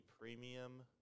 premium